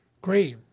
Great